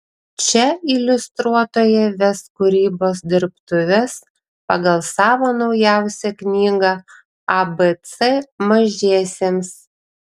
čia iliustruotoja ves kūrybos dirbtuves pagal savo naujausią knygą abc mažiesiems